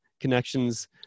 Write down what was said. connections